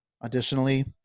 additionally